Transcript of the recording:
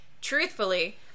Truthfully